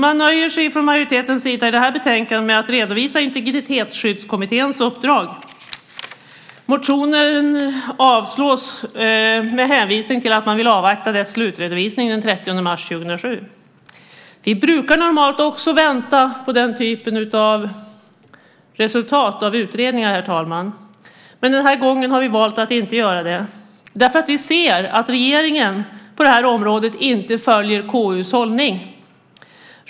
Man nöjer sig från majoritetens sida i det här betänkandet med att redovisa Integritetsskyddskommitténs uppdrag. Motionen avslås med hänvisning till att man vill avvakta dess slutredovisning den 30 mars 2007. Vi brukar normalt också vänta på den typen av resultat av utredningar, herr talman. Men den här gången har vi valt att inte göra det, därför att vi ser att regeringen på det här området inte följer KU:s hållning.